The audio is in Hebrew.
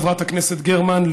חברת הכנסת גרמן,